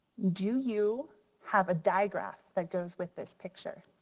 do you have a diagraph that goes with this picture?